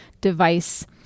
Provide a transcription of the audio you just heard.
device